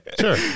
Sure